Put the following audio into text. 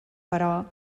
però